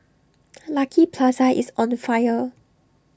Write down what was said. Lucky Plaza is on fire